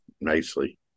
nicely